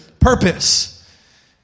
purpose